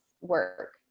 work